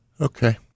Okay